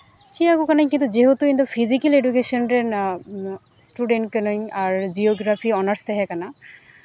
ᱪᱮᱫ ᱟᱠᱚ ᱠᱟᱱᱟᱹᱧ ᱡᱮᱦᱮᱛᱩ ᱤᱧᱫᱚ ᱯᱷᱤᱡᱩᱠᱮᱞ ᱮᱰᱩᱠᱮᱥᱚᱱ ᱨᱮᱱ ᱤᱥᱴᱩᱰᱮᱱᱴ ᱠᱟᱹᱱᱟᱹᱧ ᱟᱨ ᱡᱤᱭᱳᱜᱨᱟᱯᱷᱤ ᱚᱱᱟᱨᱥ ᱛᱟᱦᱮᱸ ᱠᱟᱱᱟ